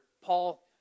Paul